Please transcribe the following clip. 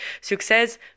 success